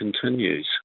continues